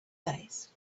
days